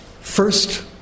First